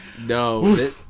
No